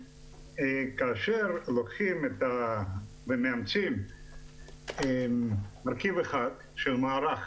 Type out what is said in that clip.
כאשר לוקחים ומאמצים מרכיב אחד של מערך